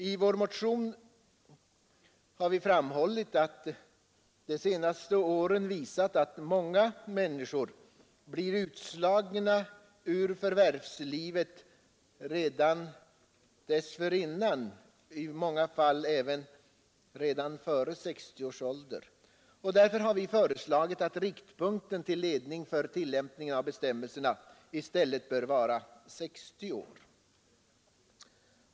I vår motion har vi framhållit att de senaste åren visat att många människor blir utslagna ur förvärvslivet redan före 60 års ålder. Därför har vi föreslagit att riktpunkten till ledning för tillämpning av bestämmelserna i stället bör fastställas till 60 år.